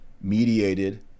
mediated